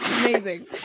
amazing